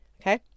Okay